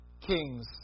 kings